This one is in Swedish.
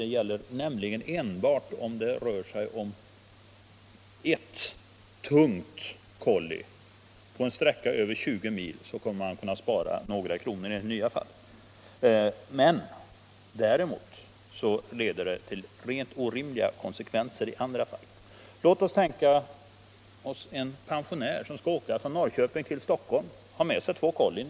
Det gäller nämligen enbart då det rör sig om ert tungt kolli på en sträcka över 20 mil — under sådana förhållanden kommer man att kunna spara några kronor. Däremot leder systemet till rent orimliga konsekvenser i andra fall. Låt oss säga att det gäller en pensionär som skall åka från Norrköping till Stockholm. Han har med sig två kollin.